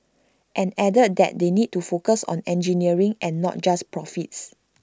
and added that they need to focus on engineering and not just profits